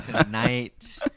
tonight